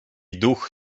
duch